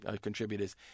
contributors